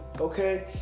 okay